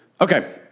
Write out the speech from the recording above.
Okay